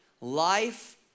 Life